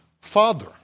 father